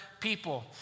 people